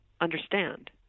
understand